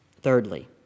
Thirdly